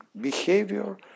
behavior